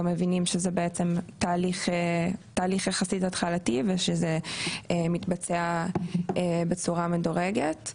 מבינים שזה בעצם תהליך יחסית התחלתי ושזה מתבצע בצורה מדורגת.